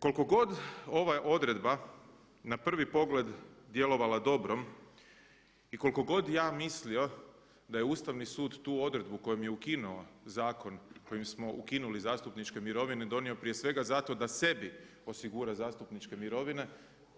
Koliko god ova odredba na prvi pogled djelovala dobrom i koliko god ja mislio da je Ustavni sud tu odredbu kojom je ukinuo zakon kojim smo ukinuli zastupničke mirovine donio prije svega zato da sebi osigura zastupničke mirovine